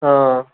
অঁ